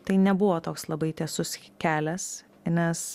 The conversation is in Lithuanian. tai nebuvo toks labai tiesus kelias nes